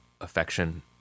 affection